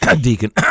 Deacon